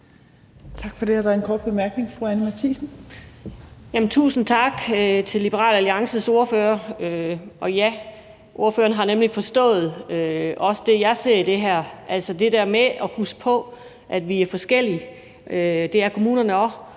Tusind tak til Liberal Alliances ordfører. Og ja, ordføreren har nemlig forstået det, jeg også ser i det her, altså det der med at huske på, at vi er forskellige, og at det er kommunerne også.